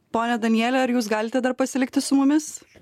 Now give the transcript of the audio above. ponia daniele ar jūs galite dar pasilikti su mumis